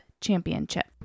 Championship